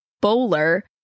bowler